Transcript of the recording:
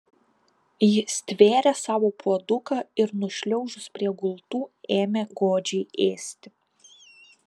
ji stvėrė savo puoduką ir nušliaužus prie gultų ėmė godžiai ėsti